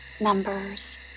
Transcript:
Numbers